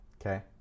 okay